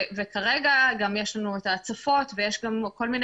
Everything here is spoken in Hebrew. וכרגע גם יש לנו את ההצפות ויש גם כל מיני